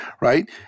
right